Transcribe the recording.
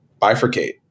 bifurcate